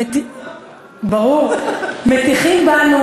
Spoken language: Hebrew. מטיחים בנו,